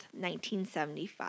1975